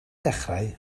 dechrau